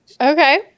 Okay